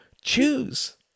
choose